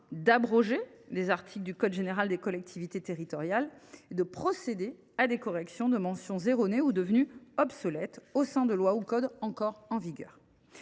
d’abroger des articles du code général des collectivités territoriales et de procéder à des corrections de mentions erronées ou devenues obsolètes au sein de lois ou codes encore en vigueur.